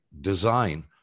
design